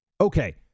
Okay